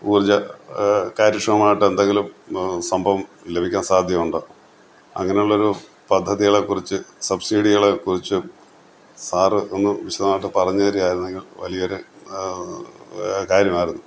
ഊർജ കാര്യക്ഷമമായിട്ട് എന്തെങ്കിലും സംഭവം ലഭിക്കാൻ സാധ്യതയുണ്ടോ അങ്ങനുള്ളൊരു പദ്ധതികളെക്കുറിച്ച് സബ്സിഡികളെ കുറിച്ചും സാര് ഒന്ന് വിശദമായിട്ട് പറഞ്ഞുതരികാരിന്നെങ്കില് വലിയൊര് കാര്യമായിരുന്നു